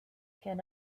can